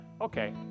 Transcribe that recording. okay